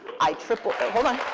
i tripled ah hold on.